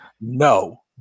No